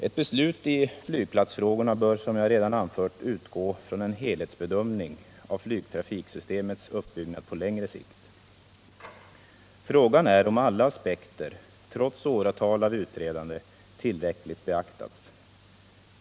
Ett beslut i flygplatsfrågorna bör, som jag redan anfört, utgå från en helhetsbedömning av flygtrafiksystemets uppbyggnad på längre sikt. Frågan är om alla aspekter, trots åratal av utredande, tillräckligt beaktas.